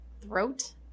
throat